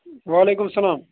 وعلیکُم اسلام